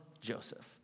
Joseph